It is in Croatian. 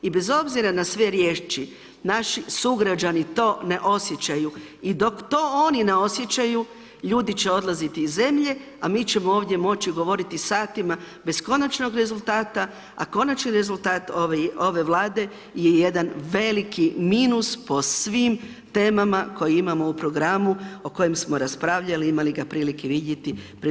I bez obzira na sve riječi, naši sugrađani to ne osjećaju, i dok to oni ne osjećaju, ljudi će odlaziti iz zemlje, a mi ćemo ovdje moći govoriti satima, bez konačnog rezultata, a konačni rezultat ove vlade je jedan veliki minus po svim temama koje imamo u programu u kojem smo raspravljali i imali ga prilike vidjeti pred 2 g. Hvala lijepo.